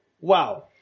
Wow